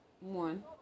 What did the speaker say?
one